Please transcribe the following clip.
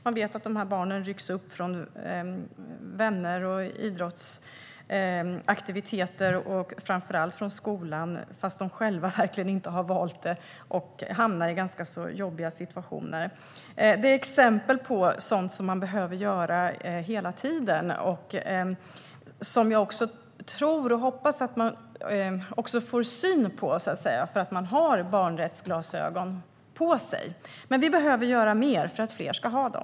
Vi vet att de här barnen rycks upp från vänner, idrottsaktiviteter och framför allt från skolan, något som de själva verkligen inte har valt, och hamnar i ganska jobbiga situationer. Detta är exempel på sådant som man behöver göra mer åt hela tiden och som jag hoppas att man får syn på därför att man har barnrättsglasögon på sig. Men vi behöver göra mer för att fler ska ha dem.